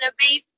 amazing